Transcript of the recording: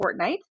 Fortnite